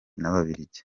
n’ababiligi